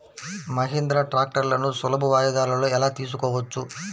మహీంద్రా ట్రాక్టర్లను సులభ వాయిదాలలో ఎలా తీసుకోవచ్చు?